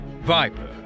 Viper